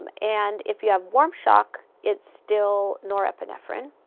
um and if you have warm shock, it's still norepinephrine.